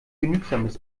genügsames